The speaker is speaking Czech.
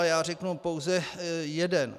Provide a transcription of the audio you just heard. Já řeknu pouze jeden.